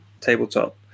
tabletop